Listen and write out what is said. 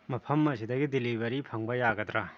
ꯃꯐꯝ ꯑꯁꯤꯗꯒꯤ ꯗꯤꯂꯤꯚꯔꯤ ꯐꯪꯕ ꯌꯥꯒꯗ꯭ꯔ